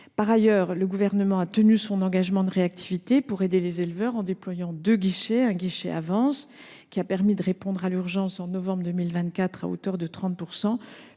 Par ailleurs, le Gouvernement a tenu son engagement de réactivité pour aider les éleveurs en déployant deux guichets : un guichet « avance », qui a permis de répondre à l’urgence en novembre 2024 à hauteur de 30